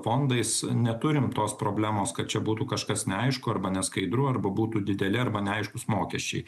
fondais neturim tos problemos kad čia būtų kažkas neaišku arba neskaidru arba būtų dideli arba neaiškūs mokesčiai